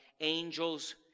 angels